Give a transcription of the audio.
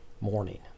morning